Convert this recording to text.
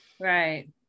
Right